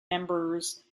members